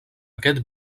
aquest